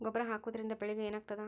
ಗೊಬ್ಬರ ಹಾಕುವುದರಿಂದ ಬೆಳಿಗ ಏನಾಗ್ತದ?